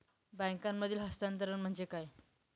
बँकांमधील हस्तांतरण म्हणजे काय?